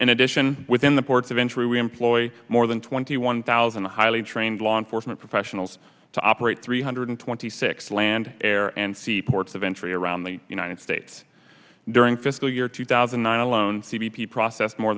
in addition within the ports of entry we employ more than twenty one thousand highly trained law enforcement professionals to operate three hundred twenty six land air and sea ports of entry around the united states during fiscal year two thousand and nine eleven c b p process more